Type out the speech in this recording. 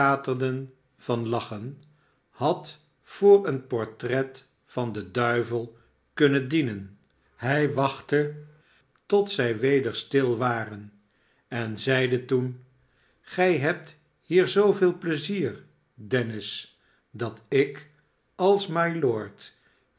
schaterden van lachen had voor een portret van den duivel kunnen dienen hij wachtte tot zij weder stil waren en zeide toen gij hebt hier zooveel pleizier dennis dat ik als mylord